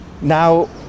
now